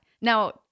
Now